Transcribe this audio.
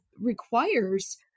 requires